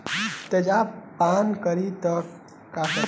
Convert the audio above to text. तेजाब पान करी त का करी?